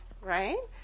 right